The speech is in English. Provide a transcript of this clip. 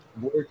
work